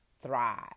thrive